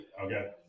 Okay